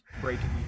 breaking